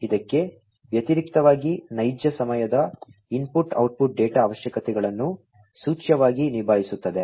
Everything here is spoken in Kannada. ಇದಕ್ಕೆ ವ್ಯತಿರಿಕ್ತವಾಗಿ ನೈಜ ಸಮಯದ ಇನ್ಪುಟ್ ಔಟ್ಪುಟ್ ಡೇಟಾ ಅವಶ್ಯಕತೆಗಳನ್ನು ಸೂಚ್ಯವಾಗಿ ನಿಭಾಯಿಸುತ್ತದೆ